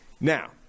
Now